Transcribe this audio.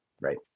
Right